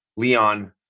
Leon